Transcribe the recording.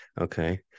Okay